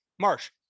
Marsh